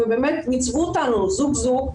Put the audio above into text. ובאמת מיצבו אותנו זוג-זוג,